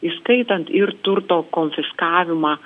įskaitant ir turto konfiskavimą